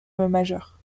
majeur